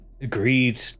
agreed